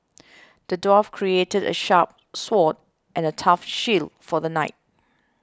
the dwarf crafted a sharp sword and a tough shield for the knight